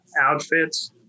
outfits